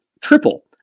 triple